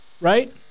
Right